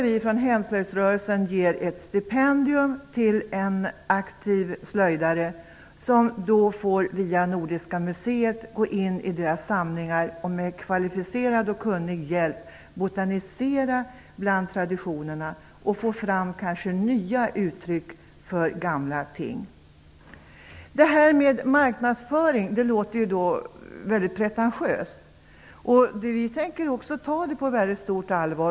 Vi från Hemslöjdsrörelsen ger ett stipendium till en aktiv slöjdare, som via Nordiska museet får gå in i dess samlingar och med kvalificerad och kunnig hjälp får botanisera bland traditionerna för att kanske få fram nya uttryck för gamla ting. Det här med marknadsföring låter väldigt pretentiöst, och vi tänker ta det på väldigt stort allvar.